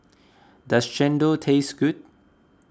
does Chendol taste good